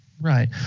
Right